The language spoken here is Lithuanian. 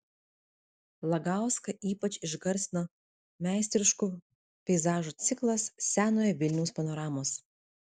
lagauską ypač išgarsino meistriškų peizažų ciklas senojo vilniaus panoramos